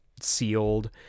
sealed